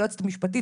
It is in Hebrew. היועצת המשפטית,